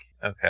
Okay